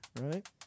Right